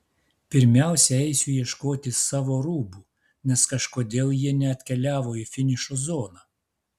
pirmiausia eisiu ieškoti savo rūbų nes kažkodėl jie neatkeliavo į finišo zoną